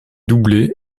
doublé